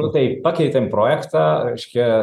nu tai pakeitėm projektą reiškia